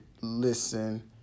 listen